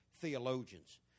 Theologians